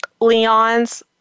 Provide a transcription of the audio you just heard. Leon's